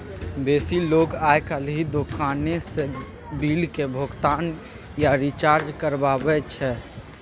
बेसी लोक आइ काल्हि दोकाने सँ बिलक भोगतान या रिचार्ज करबाबै छै